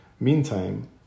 Meantime